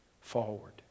forward